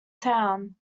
town